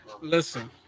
Listen